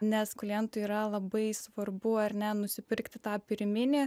nes klientui yra labai svarbu ar ne nusipirkti tą pirminį